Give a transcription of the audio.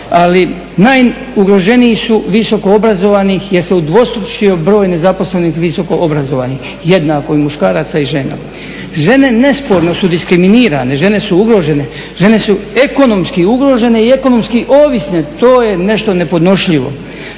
Ali najugroženiji su visokoobrazovani jer se udvostručio broj nezaposlenosti visokoobrazovanih, jednako muškaraca i žena. Žene nesporno su diskriminirane, žene su ugrožene, žene su ekonomski ugrožene i ekonomski ovisne, to je nešto nepodnošljivo.